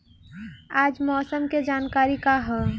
आज मौसम के जानकारी का ह?